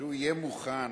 כשהוא יהיה מוכן.